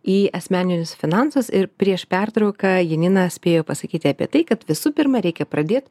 į asmeninius finansus ir prieš pertrauką janina spėjo pasakyti apie tai kad visų pirma reikia pradėt